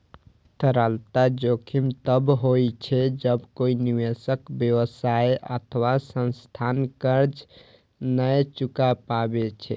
तरलता जोखिम तब होइ छै, जब कोइ निवेशक, व्यवसाय अथवा संस्थान कर्ज नै चुका पाबै छै